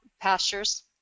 pastures